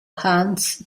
hans